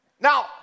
Now